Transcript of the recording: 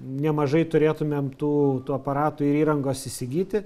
nemažai turėtumėm tų tų aparatų ir įrangos įsigyti